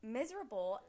Miserable